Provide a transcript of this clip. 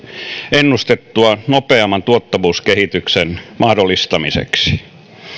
ennustettua nopeamman tuottavuuskehityksen mahdollistamiseksi